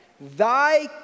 thy